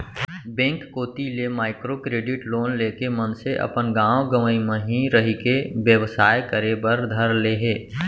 bank कोती ले micro credit loan लेके मनसे अपन गाँव गंवई म ही रहिके बेवसाय करे बर धर ले हे